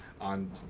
on